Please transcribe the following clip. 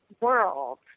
world